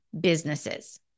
businesses